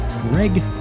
Greg